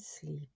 sleep